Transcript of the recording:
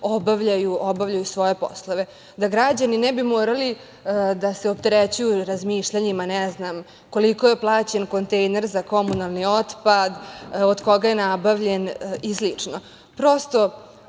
obavljaju svoje poslove, da građani ne bi morali da se opterećuju razmišljanjima npr. koliko je plaćen kontejner za komunalni otpad, od koga je nabavljen i slično.